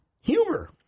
humor